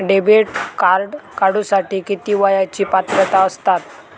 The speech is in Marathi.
डेबिट कार्ड काढूसाठी किती वयाची पात्रता असतात?